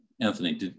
Anthony